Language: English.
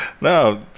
No